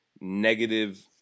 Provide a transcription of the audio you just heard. negative